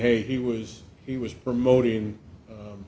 hey he was he was promoting